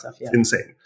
insane